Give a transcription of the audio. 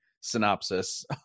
synopsis